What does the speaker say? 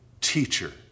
teacher